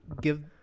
give